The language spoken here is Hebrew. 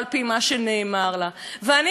אני קוראת ומנצלת את הבמה הזאת,